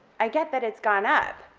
i get that it's gone up,